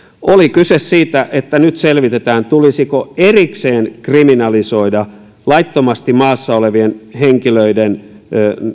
oli kyse siitä että nyt selvitetään tulisiko erikseen kriminalisoida laittomasti maassa olevien henkilöiden